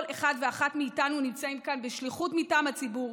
כל אחד ואחת מאיתנו נמצאים כאן בשליחות מטעם הציבור,